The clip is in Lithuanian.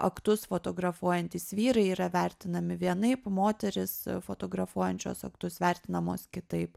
aktus fotografuojantys vyrai yra vertinami vienaip moterys fotografuojančios aktus vertinamos kitaip